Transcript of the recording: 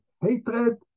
hatred